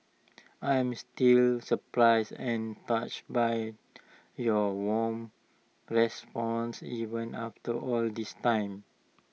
I'm still surprised and touched by your warm responses even after all this time